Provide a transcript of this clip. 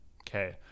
Okay